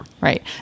right